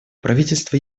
правительство